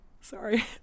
sorry